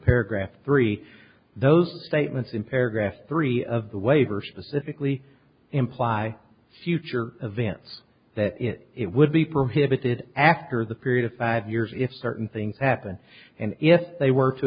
paragraph three those statements in paragraph three of the waiver specifically imply future events that it would be prohibited after the period of five years if certain things happened and if they were to